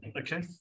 Okay